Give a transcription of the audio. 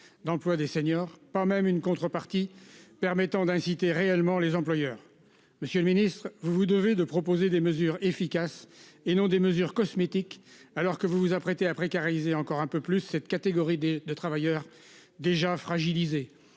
D'emploi des seniors, pas même une contrepartie permettant d'inciter réellement les employeurs. Monsieur le Ministre, vous vous devez de proposer des mesures efficaces et non des mesures cosmétiques, alors que vous vous apprêtez à précariser encore un peu plus cette catégorie des de travailleurs déjà fragilisé.